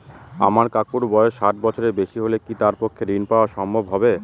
আমার কাকুর বয়স ষাট বছরের বেশি হলে কি তার পক্ষে ঋণ পাওয়া সম্ভব হবে?